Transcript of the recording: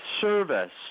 service